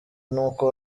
nuko